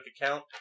account